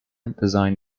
designed